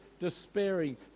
despairing